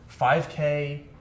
5K